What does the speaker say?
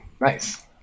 Nice